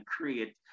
create